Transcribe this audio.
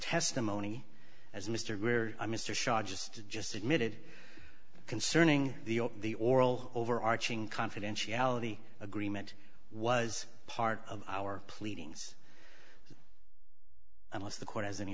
testimony as mr greer mr shot just just admitted concerning the oral overarching confidentiality agreement was part of our pleadings unless the court has any